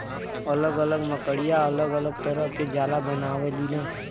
अलग अलग मकड़िया अलग अलग तरह के जाला बनावलीन